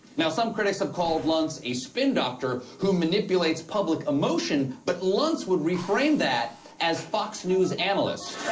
now some critics have called luntz a spin-doctor who manipulates public emotion. but luntz would reframe that as fox news analyst.